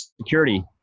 security